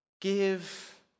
give